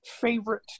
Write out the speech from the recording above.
favorite